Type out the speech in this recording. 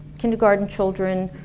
kindergarten children,